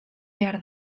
behar